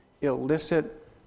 illicit